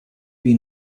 been